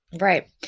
Right